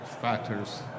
factors